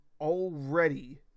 already